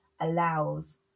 allows